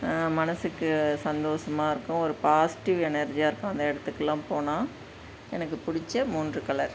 மனதுக்கு சந்தோஷமா இருக்கும் ஒரு பாசிட்டிவ் எனர்ஜியாக இருக்கும் அந்த இடத்துக்குலாம் போனால் எனக்கு பிடிச்ச மூன்று கலர்